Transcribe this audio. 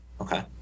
Okay